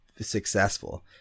successful